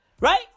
right